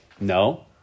No